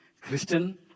Christian